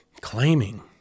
claiming